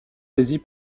saisis